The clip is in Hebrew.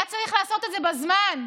היה צריך לעשות את זה בזמן,